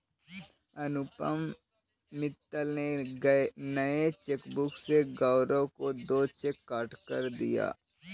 अनुपम मित्तल ने नए चेकबुक से गौरव को दो चेक काटकर दिया